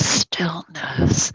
stillness